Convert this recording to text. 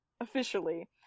officially